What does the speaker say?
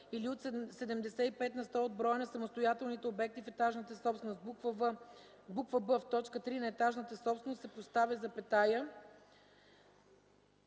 „или от 75 на сто от броя на самостоятелните обекти в етажната собственост”. б) в т. 3 „на етажната собственост” се поставя запетая